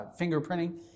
fingerprinting